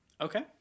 Okay